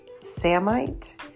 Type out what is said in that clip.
Samite